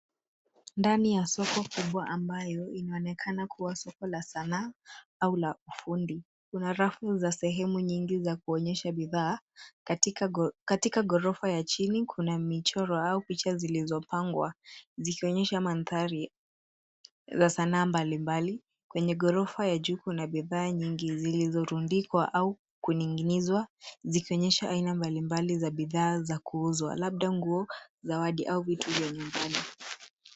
Ndani ya soko kubwa ambayo inaonekana kuwa soko la sanaa au la ufundi. Kuna rafu za sehemu nyingi kuonyesha bidhaa. Katika ghorofa ya chini kuna michoro au picha zilizopangwa zikionyesha madhari la sanaa mbalimbali. Kwenye ghorofa ya juu kuna bidhaa nyingi zilizorundikwa au kuning'inizwa zikionyesha aina mbalimbali za bidhaa za kuuzwa labda nguo, zawadi au vitu vya nyumbani.